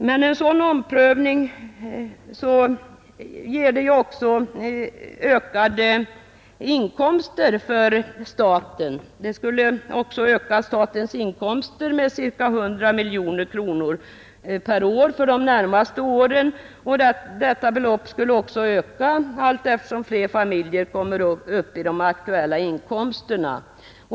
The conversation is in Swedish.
Men en sådan omprövning ger också ökade inkomster för staten. Den skulle öka statens inkomster med cirka 100 miljoner kronor per år för de närmaste åren, och detta belopp skulle stiga ytterligare allteftersom fler familjer kommer upp i de aktuella inkomsterna.